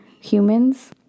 humans